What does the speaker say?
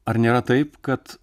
ar nėra taip kad